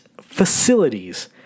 facilities